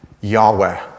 Yahweh